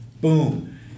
boom